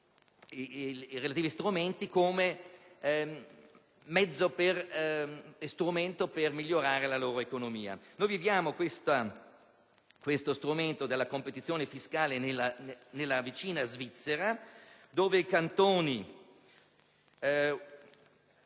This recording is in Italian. i relativi strumenti come mezzo per migliorare la loro economia. Possiamo vedere questo strumento della competizione fiscale nella vicina Svizzera, dove i Cantoni lo